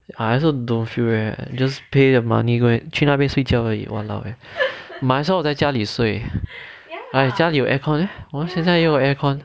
I also don't feel eh just pay the money go and 去那边睡觉而已 !walao! eh might as well 我在家里睡 like 家里有 aircon eh 我现在就有 aircon